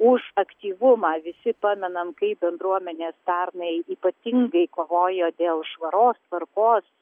už aktyvumą visi pamenam kaip bendruomenės pernai ypatingai kovojo dėl švaros tvarkos